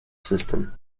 system